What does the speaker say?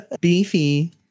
Beefy